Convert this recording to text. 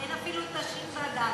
אין אפילו השי"ן והדל"ת.